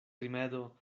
rimedo